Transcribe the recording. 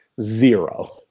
zero